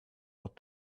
not